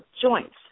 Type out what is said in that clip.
joints